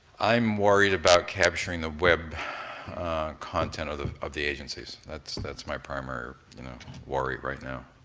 i'm worried about capturing the web content of of the agencies, that's that's my primary you know worry right now.